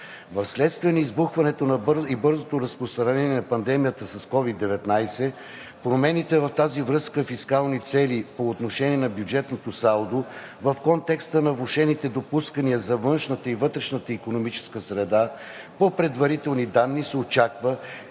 Вследствие на избухването и бързото разпространение на пандемията от COVID-19 промените в тази връзка – фискални цели по отношение на бюджетното салдо, в контекста на влошените допускания за външната и вътрешната икономическа среда, по предварителни данни се очаква